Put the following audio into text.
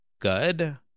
good